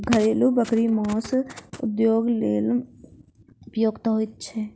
घरेलू बकरी मौस उद्योगक लेल उपयुक्त होइत छै